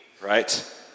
right